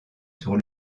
sur